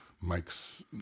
Mike's